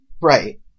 Right